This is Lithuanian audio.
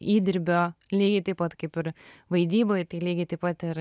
įdirbio lygiai taip pat kaip ir vaidyboj tai lygiai taip pat ir